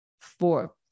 four